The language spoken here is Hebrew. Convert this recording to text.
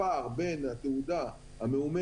זה הפער בין התעודה המאומתת,